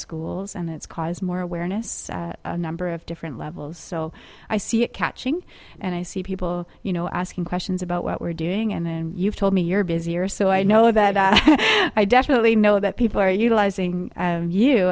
schools and it's caused more awareness number of different levels so i see it catching and i see people you know asking questions about what we're doing and you've told me you're busier so i know that i definitely know that people are utilizing